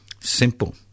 Simple